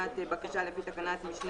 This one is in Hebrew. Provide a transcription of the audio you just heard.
אז לזה צריכות להתלוות תקנות חדשות,